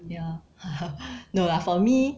ya haha no lah for me